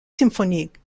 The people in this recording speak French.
symphonique